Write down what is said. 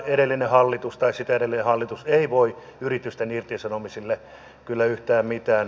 edellinen hallitus tai sitä edellinen hallitus ei voi yritysten irtisanomisille kyllä yhtään mitään